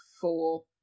four